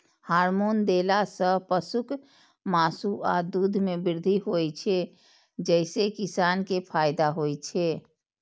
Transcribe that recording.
hormone देला सं पशुक मासु आ दूध मे वृद्धि होइ छै, जइसे किसान कें फायदा होइ छै